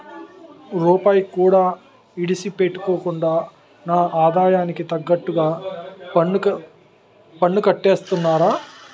రూపాయికి కూడా ఇడిసిపెట్టకుండా నా ఆదాయానికి తగ్గట్టుగా పన్నుకట్టేస్తున్నారా